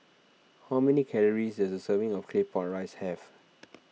how many calories does a serving of Claypot Rice have